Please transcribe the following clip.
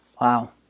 Wow